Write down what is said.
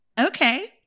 Okay